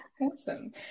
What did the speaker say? Awesome